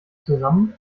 zusammen